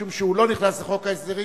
משום שהוא לא נכנס לחוק ההסדרים,